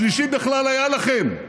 השלישי בכלל היה לכם.